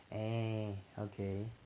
um okay